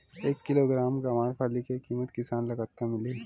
एक किलोग्राम गवारफली के किमत किसान ल कतका मिलही?